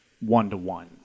one-to-one